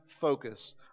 focus